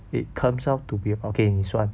it comes up about eh 你算